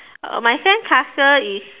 uh my sandcastle is